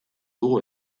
dugu